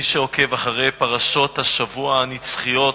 מי שעוקב אחרי פרשות השבוע הנצחיות